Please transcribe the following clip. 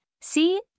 See